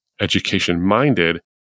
education-minded